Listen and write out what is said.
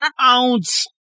ounce